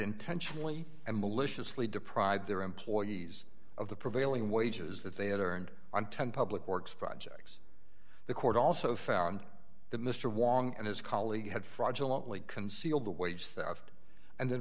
intentionally and maliciously deprived their employees of the prevailing wages that they had earned on ten public works projects the court also found that mr wong and his colleague had fraudulent lee concealed the wage theft and then